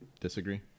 Disagree